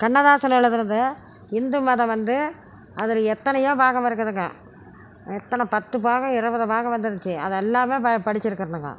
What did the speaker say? கண்ணதாசன் எழுதினது இந்து மதம் வந்து அதில் எத்தனையோ பாகம் இருக்குதுங்க எத்தனை பத்து பாகம் இருபது பாகம் வந்து இந்துச்சு அத எல்லாம் படிச்சிருக்கிறனுங்க